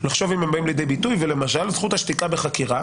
לחשוב אם הם באים לידי ביטוי ולמשל זכות השתיקה בחקירה